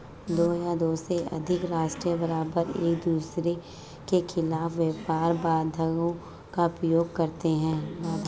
दो या दो से अधिक राष्ट्र बारबार एकदूसरे के खिलाफ व्यापार बाधाओं का उपयोग करते हैं